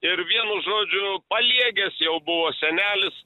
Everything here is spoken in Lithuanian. ir vienu žodžiu paliegęs jau buvo senelis